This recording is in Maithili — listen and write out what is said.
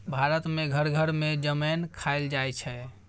भारत मे घर घर मे जमैन खाएल जाइ छै